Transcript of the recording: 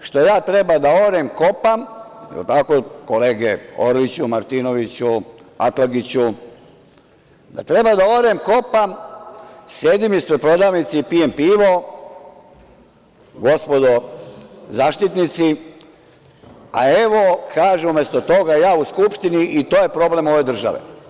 što ja trebam da orem, kopam, jel tako kolege Orliću, Martinoviću, Atlagiću, da trebam da orem, kopam, sedim ispred prodavnice i pijem pivo, gospodo zaštitnici, a evo kaže, umesto toga ja u Skupštini i to je problem ove države.